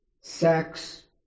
Sex